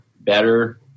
better